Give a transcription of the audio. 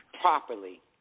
properly